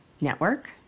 network